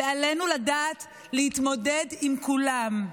ועלינו לדעת להתמודד עם כולן.